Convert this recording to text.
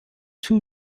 two